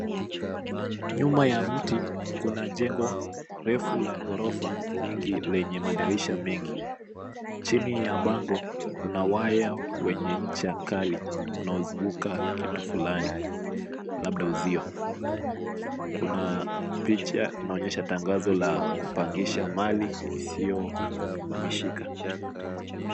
Nyuma ya mti kuna jengo refu la ghorofa nyingi lenye madirisha mengi. Chini ya bango kuna waya wenye ncha kali unaozunguka kitu fulani labda uzio. Kuna picha unaonyesha tangazo la kupangisha mali isiyohamishika.